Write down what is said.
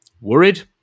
worried